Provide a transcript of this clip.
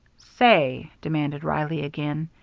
say, demanded reilly again,